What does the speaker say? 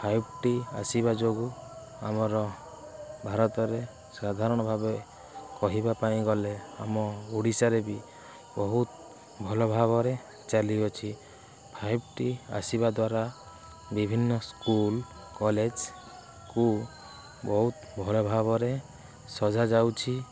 five T ଆସିବା ଯୋଗୁ ଆମର ଭାରତରେ ସାଧାରଣ ଭାବେ କହିବା ପାଇଁ ଗଲେ ଆମ ଓଡ଼ିଶାରେ ବି ବହୁତ ଭଲ ଭାବରେ ଚାଲିଅଛି ଫାଇଭ୍ ଟି ଆସିବା ଦ୍ୱାରା ବିଭିନ୍ନ ସ୍କୁଲ୍ କଲେଜକୁ ବହୁତ ଭଲ ଭାବରେ ସଜା ଯାଉଛି